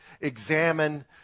examine